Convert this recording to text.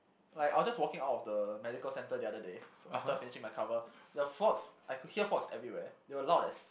like I was just walking out of the medical centre the other so after finishing my cover the frogs I could hear frogs everywhere they were loud as